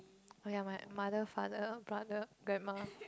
oh ya my mother father brother grandma